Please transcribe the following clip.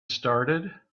started